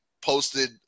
posted